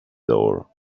door